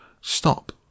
Stop